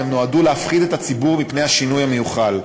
והם נועדו להפחיד את הציבור מפני השינוי המיוחל.